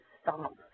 stop